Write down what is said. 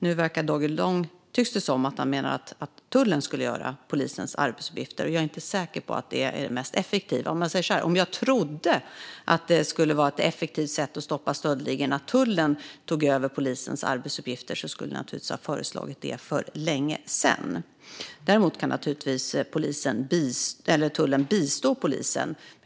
Nu tycks det som att David Lång menar att tullen skulle göra polisens arbetsuppgifter. Jag är inte säker på att det är det mest effektiva. Om jag trodde att det skulle vara ett effektivt sätt att stoppa stöldligorna - att tullen tog över polisens arbetsuppgifter - skulle jag naturligtvis ha föreslagit det för länge sedan. Däremot kan naturligtvis tullen bistå polisen.